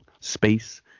space